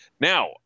Now